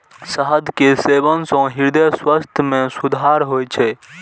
शहद के सेवन सं हृदय स्वास्थ्य मे सुधार होइ छै